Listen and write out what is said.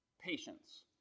Patience